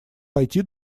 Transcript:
пойти